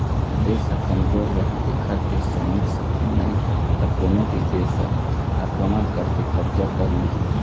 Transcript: देश ह कमजोर रहि एखर तीर सैनिक सक्ति नइ होही त कोनो भी देस ह आक्रमण करके कब्जा कर लिहि